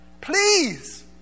please